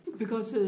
because